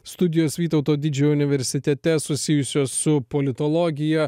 studijos vytauto didžiojo universitete susijusios su politologija